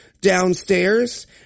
downstairs